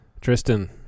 Tristan